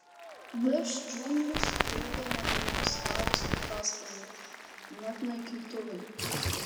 virš džiunglių skraidė modernūs karo sraigtasparniai net naikintuvai